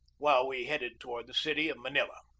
while we headed toward the city of manila.